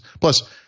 Plus